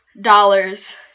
dollars